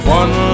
one